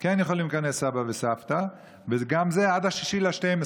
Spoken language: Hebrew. כן יכולים להיכנס סבא וסבתא, וגם זה עד 6 בדצמבר.